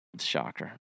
Shocker